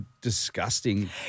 Disgusting